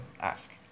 ask